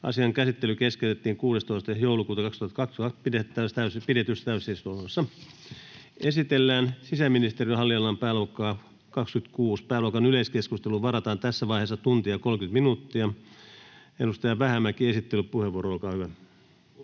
Asian käsittely keskeytettiin 16.12.2022 pidetyssä täysistunnossa. Esitellään sisäministeriön hallinnonalaa koskeva pääluokka 26. Pääluokan yleiskeskusteluun varataan tässä vaiheessa tunti ja 30 minuuttia. — Edustaja Vähämäki, esittelypuheenvuoro, olkaa hyvä.